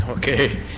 Okay